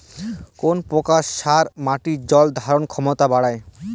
কোন প্রকার সার মাটির জল ধারণ ক্ষমতা বাড়ায়?